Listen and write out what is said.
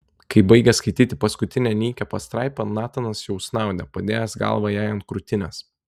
kai baigė skaityti paskutinę nykią pastraipą natanas jau snaudė padėjęs galvą jai ant krūtinės